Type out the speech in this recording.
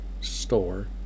store